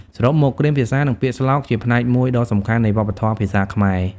សរុបមក គ្រាមភាសានិងពាក្យស្លោកជាផ្នែកមួយដ៏សំខាន់នៃវប្បធម៌ភាសាខ្មែរ។